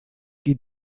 qui